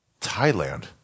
Thailand